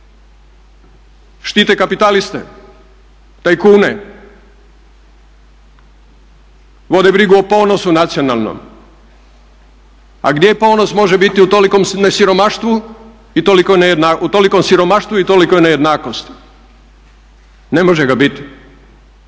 štite kapitaliste, tajkune, vode brigu o ponosu nacionalnom, a gdje ponos može biti u tolikom siromaštvu i tolikoj nejednakosti. Ne može ga biti